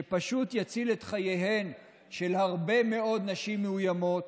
שפשוט יציל את חייהן של הרבה מאוד נשים מאוימות,